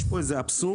יש פה איזה אבסורד,